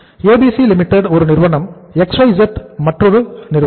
ABC Limited ஒரு நிறுவனம் XYZ Limited மற்றொரு நிறுவனம்